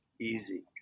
easy